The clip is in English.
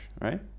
right